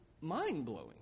mind-blowing